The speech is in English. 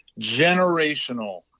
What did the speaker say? generational